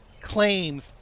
claims